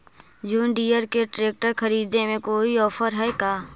जोन Deere के ट्रेकटर खरिदे में कोई औफर है का?